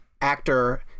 actor